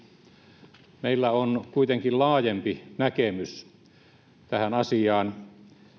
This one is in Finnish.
on ilmennyt meillä on kuitenkin laajempi näkemys tähän asiaan